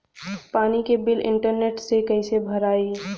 पानी के bill internet से कइसे भराई?